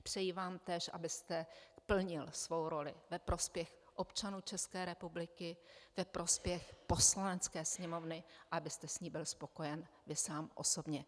Přeji vám též, abyste plnil svou roli ve prospěch občanů České republiky, ve prospěch Poslanecké sněmovny a abyste s ní byl spokojen vy sám osobně.